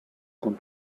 con